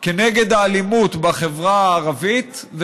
נגד האלימות בחברה הערבית,